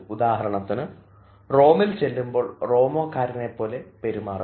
ഉദാഹരണത്തിന് റോമിൽ ചെല്ലുമ്പോൾ റോമാകാരനെ പോലെ പെരുമാറുക